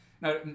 now